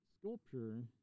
sculpture